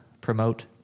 promote